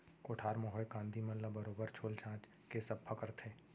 कोठार म होए कांदी मन ल बरोबर छोल छाल के सफ्फा करथे